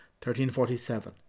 1347